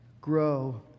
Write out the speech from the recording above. grow